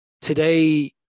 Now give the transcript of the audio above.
today